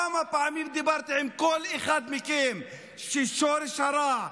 כמה פעמים דיברתי עם כל אחד מכם על כך ששורש הרע,